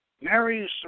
Mary's